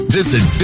visit